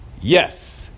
Yes